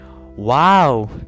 Wow